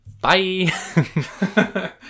Bye